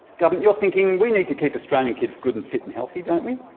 government, you're thinking we need to keep australian kids good and fit and healthy, don't we,